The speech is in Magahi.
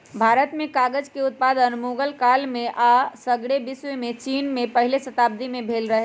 भारत में कागज उत्पादन मुगल काल में आऽ सग्रे विश्वमें चिन में पहिल शताब्दी में भेल रहै